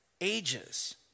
ages